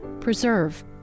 preserve